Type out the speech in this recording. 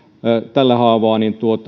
tällä haavaa